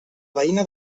veïna